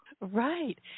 Right